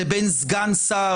לבין סגן שר,